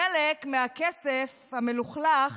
חלק מהכסף המלוכלך